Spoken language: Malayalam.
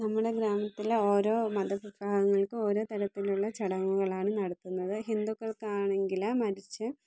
നമ്മുടെ ഗ്രാമത്തിലെ ഓരോ മത വിഭാഗങ്ങൾക്കും ഓരോ തരത്തിലുള്ള ചടങ്ങുകളാണ് നടത്തുന്നത് ഹിന്ദുക്കൾക്കാണെങ്കിൽ മരിച്ച്